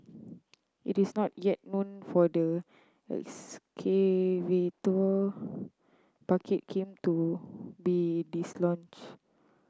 it is not yet known for the excavator bucket came to be dislodged